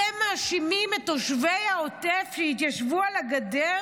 אתם מאשימים את תושבי העוטף שהתיישבו על הגדר